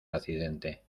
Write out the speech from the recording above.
accidente